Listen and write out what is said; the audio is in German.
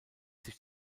sich